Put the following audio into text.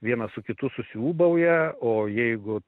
vienas su kitu susiūbauja o jeigu